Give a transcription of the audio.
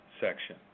section